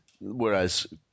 whereas